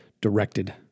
directed